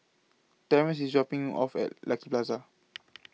Terrence IS dropping off At Lucky Plaza